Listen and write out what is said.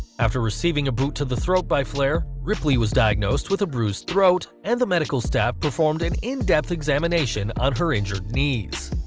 after receiving a boot to the throat by flair, ripley was diagnosed with a bruised throat, and the m staff performed an in-depth examination on her injured knees.